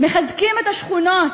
מחזקים את השכונות.